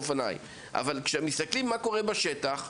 אבל כשמסתכלים מה קורה בשטח,